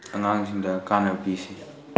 ꯑꯉꯥꯡꯁꯤꯡꯗ ꯀꯥꯟꯅꯕ ꯄꯤꯁꯤ